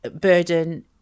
burden